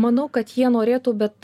manau kad jie norėtų bet